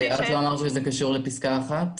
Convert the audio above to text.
זה קשור לפסקה (1)?